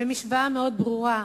במשוואה מאוד ברורה,